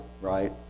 right